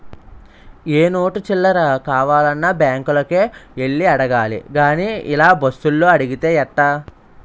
ఏ note చిల్లర కావాలన్నా బాంకులకే యెల్లి అడగాలి గానీ ఇలా బస్సులో అడిగితే ఎట్టా